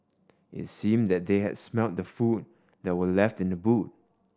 it seemed that they had smelt the food that were left in the boot